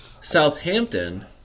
Southampton